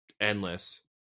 endless